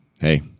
hey